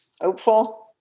Hopeful